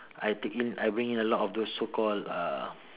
I take in I bring in a lot of so called uh